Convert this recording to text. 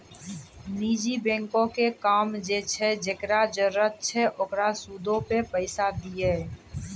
निजी बैंको के काम छै जे जेकरा जरुरत छै ओकरा सूदो पे पैसा दिये